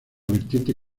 vertiente